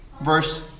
Verse